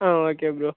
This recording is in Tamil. ah okay bro